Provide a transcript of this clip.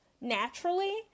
naturally